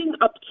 up